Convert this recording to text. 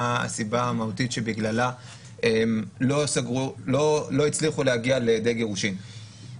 הסיבה המהותית שבגללה לא הצליחו להגיע לגירושין.